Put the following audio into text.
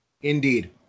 Indeed